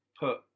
put